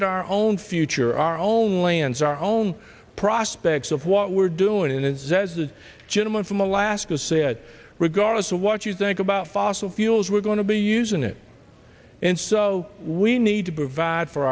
at our own future our own lands our own prospects of what we're doing it is as the gentleman from alaska said regardless of what you think about fossil fuels we're going to be using it and so we need to provide for